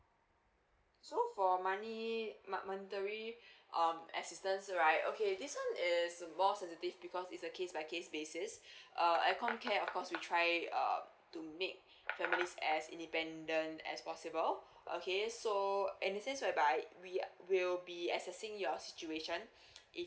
so for money mo~ monetary um assistance right okay this one is more sensitive because it's a case by case basis uh at comcare of course we try err to make families as independent as possible okay so and this is whereby we uh we'll be accessing your situation if